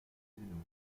président